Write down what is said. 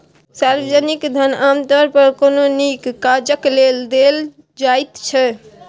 सार्वजनिक धन आमतौर पर कोनो नीक काजक लेल देल जाइत छै